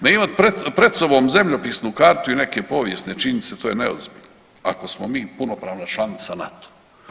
Ne imat pred sobom zemljopisnu kartu i neke povijesne činjenice to je neozbiljno ako smo mi punopravna članica NATO.